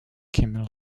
kimmel